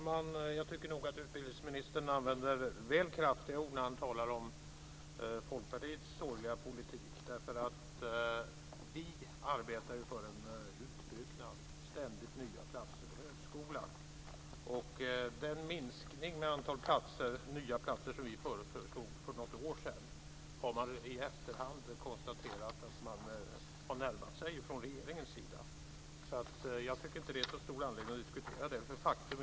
Fru talman! Den praktiska politiken de senaste åren har ju i hög grad varit inriktad på just att förstärka kvaliteten i den högre utbildningen. Orsaken till det är att jag menar att det behövs. Dels behövs det en mycket tydligare granskning av kvaliteten i den högre utbildningen. Det behövs forskare och lärare som granskar varandra där vi sätter en ribba som ska vara internationellt konkurrenskraftig och där vi också är beredda att vidta sanktioner om det är så att man inte når upp till den kvalitetsnivån.